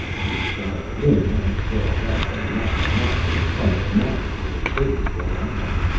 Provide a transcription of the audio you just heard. he got a balloon and sailed up and up and up, in front of a map that was as big as rhode island.